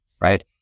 Right